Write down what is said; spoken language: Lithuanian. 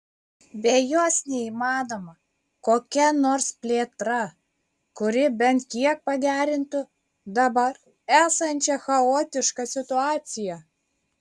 be jos neįmanoma kokia nors plėtra kuri bent kiek pagerintų dabar esančią chaotišką situaciją